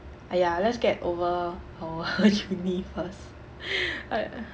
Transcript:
!aiya! let's get over our uni first